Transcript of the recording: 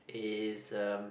is um